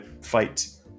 fight